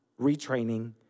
Retraining